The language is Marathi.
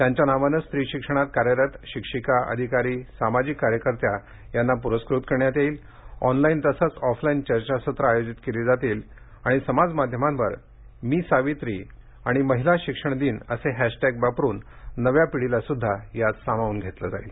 त्यांच्या नावाने स्त्री शिक्षणात कार्यरत शिक्षिका अधिकारी सामाजिक कार्यकर्त्या यांना पुरस्कार देण्यात येईल ऑनलाईन तसेच ऑफलाईन चर्चासत्र आयोजित केले जातील आणि समाजमाध्यमांवर मी सावित्री आणि महिला शिक्षण दिन असे हॅशटॅग वापरून नव्या पिढीलासुद्धा यात सामावून घेतले जाईल